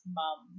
mum